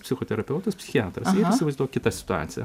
psichoterapeutas psichiatras ir įsivaizduok kita sitacija